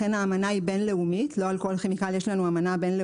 לכן האמנה היא בין-לאומית לא על כל כימיקל יש לנו אמנה בין-לאומית.